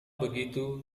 begitu